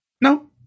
No